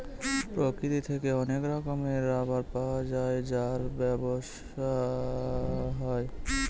প্রকৃতি থেকে অনেক রকমের রাবার পাওয়া যায় যার ব্যবসা হয়